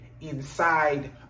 inside